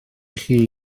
chi